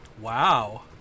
Wow